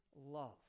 love